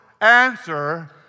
answer